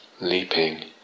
leaping